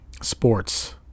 sports